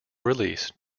release